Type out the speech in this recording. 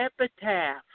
epitaph